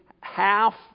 half